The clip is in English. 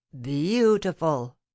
beautiful